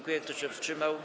Kto się wstrzymał?